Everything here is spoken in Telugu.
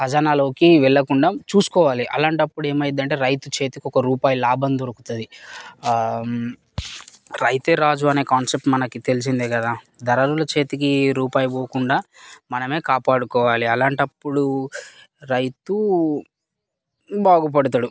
ఖజానాలోకి వెళ్ళకుండా చూసుకోవాలి అలాంటప్పుడు ఏమైద్దంటే రైతు చేతికి ఒక రూపాయి లాభం దొరుకుతుంది రైతే రాజు అనే కాన్సెప్ట్ మనకు తెలిసిందే కదా దరలుల చేతికి రూపాయి పోకుండా మనమే కాపాడుకోవాలి అలాంటప్పుడు రైతు బాగుపడుతడు